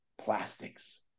plastics